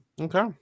Okay